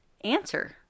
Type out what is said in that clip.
answer